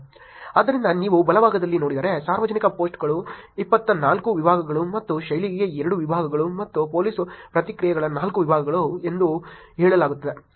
ಆದ್ದರಿಂದ ನೀವು ಬಲಭಾಗದಲ್ಲಿ ನೋಡಿದರೆ ಸಾರ್ವಜನಿಕ ಪೋಸ್ಟ್ಗೆ ಇಪ್ಪತ್ತನಾಲ್ಕು ವಿಭಾಗಗಳು ಮತ್ತು ಶೈಲಿಗೆ ಎರಡು ವಿಭಾಗಗಳು ಮತ್ತು ಪೊಲೀಸ್ ಪ್ರತಿಕ್ರಿಯೆಗಳ ನಾಲ್ಕು ವಿಭಾಗಗಳು ಎಂದು ಹೇಳಲಾಗುತ್ತದೆ